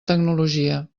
tecnologia